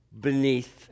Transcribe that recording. beneath